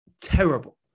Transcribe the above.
terrible